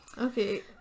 Okay